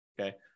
okay